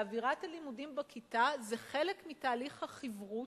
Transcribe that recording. אווירת הלימודים בכיתה היא חלק מתהליך החיברות: